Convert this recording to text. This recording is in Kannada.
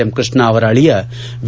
ಎಂ ಕೃಷ್ಣ ಅವರ ಅಳಿಯ ವಿ